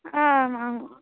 आम् आम्